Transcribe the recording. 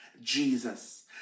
Jesus